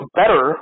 better